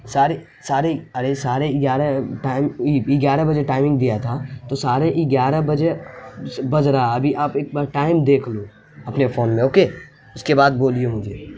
ساڑھے ساڑھے ارے ساڑھے گیارہ ٹائم گیارہ بجے ٹائمنگ دیا تھا تو ساڑھے گیارہ بجے بج رہا ہے ابھی آپ ایک بار ٹائم دیکھ لو اپنے فون میں اوکے اس کے بعد بولیے مجھے